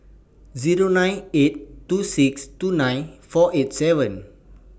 Zero nine eight two six two nine four eight seven